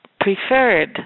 preferred